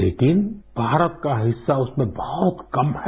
लेकिन भारत का हिस्सा उसमें बहुत कम है